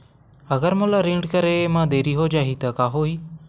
अगर मोला ऋण करे म देरी हो जाहि त का होही?